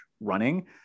running